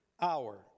hour